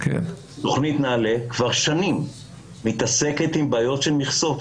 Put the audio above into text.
תכנית נעל"ה כבר שנים מתעסקת עם בעיות של מכסות,